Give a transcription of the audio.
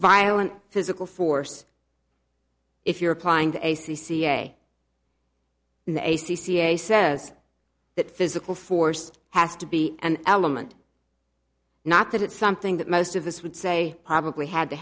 violent physical force if you're applying to a c c a in the a c c a says that physical force has to be an element not that it's something that most of us would say probably had to